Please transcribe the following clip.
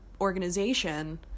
organization